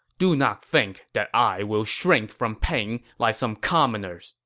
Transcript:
do not think that i will shrink from pain like some commoner. so